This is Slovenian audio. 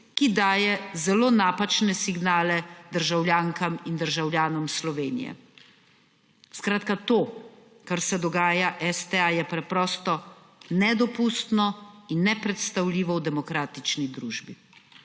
ki daje zelo napačne signale državljankam in državljanom Slovenije. Skratka, to kar se dogaja STA je preprosto nedopustno in nepredstavljivo v demokratični družbi,